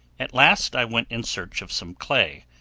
at last i went in search of some clay,